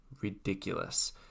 ridiculous